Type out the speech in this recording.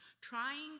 trying